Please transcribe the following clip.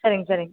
சரிங்க சரிங்க